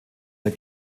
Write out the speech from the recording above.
der